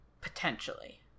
Potentially